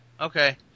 Okay